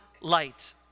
light